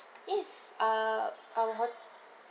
yes uh our hotel